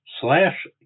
slash